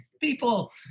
people